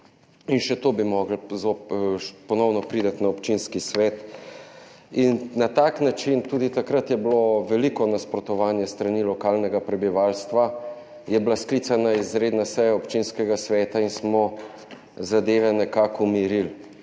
in še to bi morali ponovno priti na občinski svet, in na tak način, tudi takrat je bilo veliko nasprotovanje s strani lokalnega prebivalstva, je bila sklicana izredna seja občinskega sveta in smo zadeve nekako umirili.